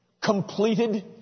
completed